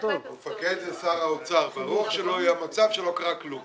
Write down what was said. המפקד הוא שר האוצר והרוח שלו היא כזאת שלא קרה כלום.